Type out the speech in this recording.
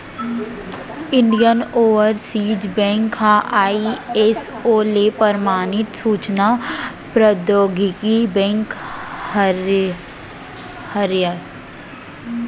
Indian Overseas Bank ह ISO ले परमानित सूचना प्रौद्योगिकी बेंक हरय